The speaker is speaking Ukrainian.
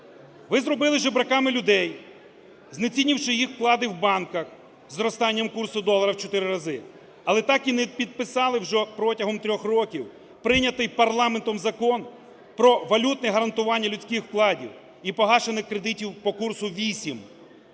Ви зробили жебраками людей, знецінивши їх вклади в банках зростанням курсу долара в 4 рази. Але так і не підписали вже протягом 3 років прийнятий парламентом Закон про валютне гарантування людських вкладів і погашених кредитів по курсу 8.